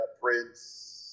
Prince